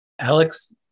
Alex